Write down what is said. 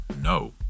no